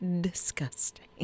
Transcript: disgusting